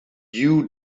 you